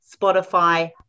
spotify